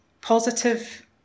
positive